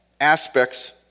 aspects